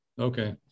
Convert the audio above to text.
Okay